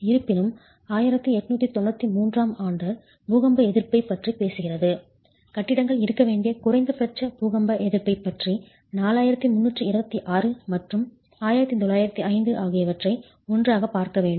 இருப்பினும் 1893 ஆம் ஆண்டு பூகம்ப எதிர்ப்பைப் பற்றி பேசுகிறது கட்டிடங்கள் இருக்க வேண்டிய குறைந்தபட்ச பூகம்ப எதிர்ப்பைப் பற்றி 4326 மற்றும் 1905 ஆகியவற்றை ஒன்றாகப் பார்க்க வேண்டும்